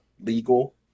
legal